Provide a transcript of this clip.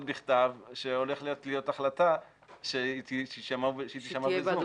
בכתב שהולכת להיות החלטה שתישמע ב"זום".